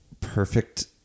perfect